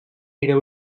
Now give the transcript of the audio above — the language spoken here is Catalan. era